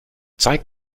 zeig